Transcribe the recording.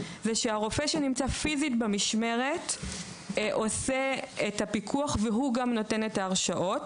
זה שהרופא שנמצא פיזית במשמרת עושה את הפיקוח וגם נותן את ההרשאות,